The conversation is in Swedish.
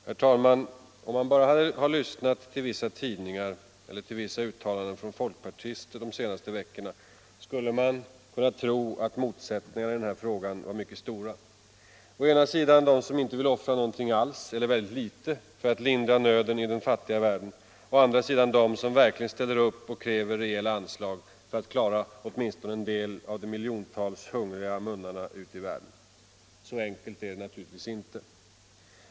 Herr talman! Om man bara hade lyssnat till vissa tidningar eller till vissa folkpartiuttalanden under de senaste veckorna, skulle man kunna tro att motsättningarna i denna fråga var mycket stora. Å ena sidan finns de som inte vill offra något — eller väldigt litet — för att lindra nöden i den fattiga världen. Å andra sidan finns de som verkligen ställer upp och kräver rejäla anslag för att mätta åtminstone en del av de miljontals hungriga munnarna ute i världen. Så enkelt är det naturligtvis inte.